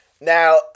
Now